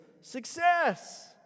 success